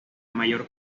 mayor